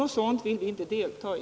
Något sådant vill vi inte delta i.